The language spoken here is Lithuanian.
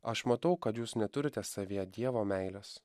aš matau kad jūs neturite savyje dievo meilės